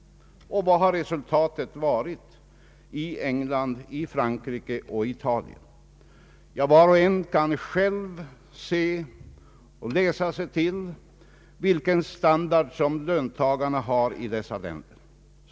Vad har resultatet blivit i England, Frankrike och Italien? Var och en kan själv se eller läsa sig till vilken standard som löntagarna har i dessa länder.